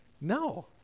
No